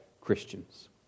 Christians